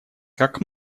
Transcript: как